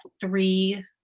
three